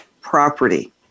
property